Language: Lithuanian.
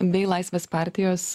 bei laisvės partijos